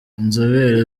inzobere